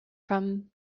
from